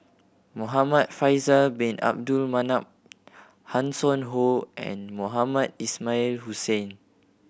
Muhamad Faisal Bin Abdul Manap Hanson Ho and Mohamed Ismail Hussain